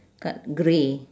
dark grey